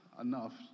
enough